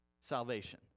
salvation